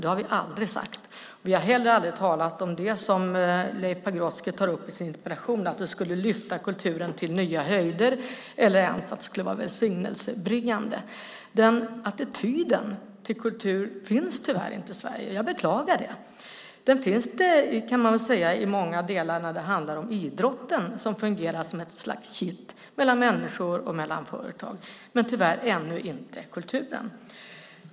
Det har vi aldrig sagt. Vi har heller aldrig talat om det som Leif Pagrotsky tar upp i sin interpellation att det skulle lyfta kulturen till nya höjder eller ens att det skulle vara välsignelsebringande. Den attityden till kultur finns tyvärr inte i Sverige. Jag beklagar det. Den finns, kan man väl säga, i många delar när det handlar om idrotten som fungerar som ett slags kitt mellan människor och mellan företag, men den finns tyvärr ännu inte inom kulturen.